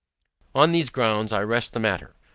on these grounds i rest the matter.